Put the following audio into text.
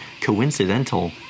coincidental